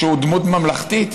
שהוא דמות ממלכתית,